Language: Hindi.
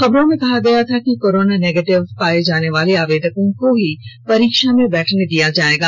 खबरों में कहा गया था कि कोरोना नेगेटिव पाए जाने वाले आवेदकों को ही परीक्षा में बैठने दिया जाएगा